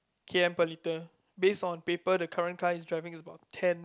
K_M per liter base on paper the current car he's driving is about ten